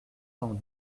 cent